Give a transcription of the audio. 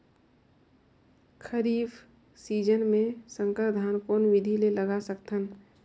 खरीफ season मे संकर धान कोन विधि ले लगा सकथन?